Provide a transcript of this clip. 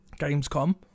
Gamescom